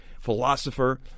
philosopher